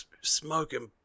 smoking